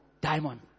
diamond